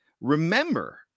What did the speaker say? Remember